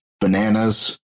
bananas